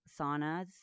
saunas